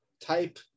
type